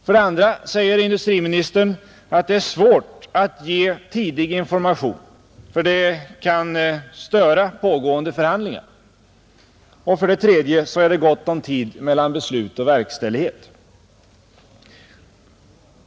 För det andra säger industriministern att det är svårt att ge tidig information för det kan störa pågående förhandlingar. För det tredje sägs att det är gott om tid mellan beslut och verkställighet.